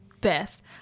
best